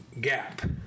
gap